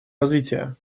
развития